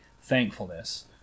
thankfulness